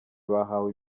bahawe